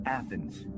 Athens